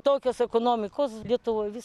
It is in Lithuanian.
tokios ekonomikos lietuvoj vis